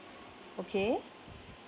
okay